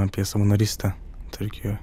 apie savanorystę turkijoj